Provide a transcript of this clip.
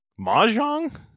Mahjong